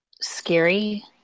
scary